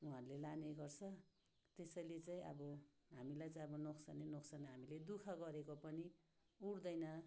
उहाँहरूले लाने गर्छ त्यसैले चाहिँ आब हामीलाई चाहिँ आब नोकसानै नोकसान दुःख गरेको पनि उठ्दैन अब